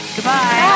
Goodbye